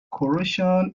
corrosion